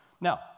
Now